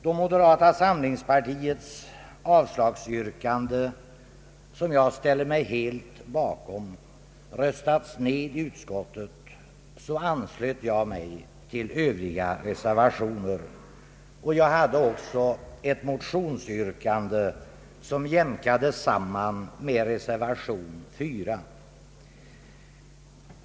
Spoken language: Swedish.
Då moderata samlingspartiets avslagsyrkande, som jag ställer mig helt bakom, röstats ned i utskottet, anslöt jag mig till övriga reservationer. Jag hade också ett motionsyrkande, som jämkades samman med reservation 4.